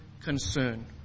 concern